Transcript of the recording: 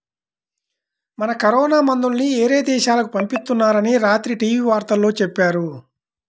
మన కరోనా మందుల్ని యేరే దేశాలకు పంపిత్తున్నారని రాత్రి టీవీ వార్తల్లో చెప్పారు